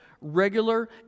regular